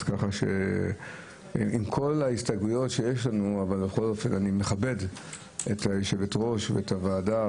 עם כל ההסתייגויות שיש לנו אני מכבד את היושבת-ראש ואת הוועדה,